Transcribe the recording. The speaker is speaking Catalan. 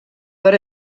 per